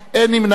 אין נמנעים.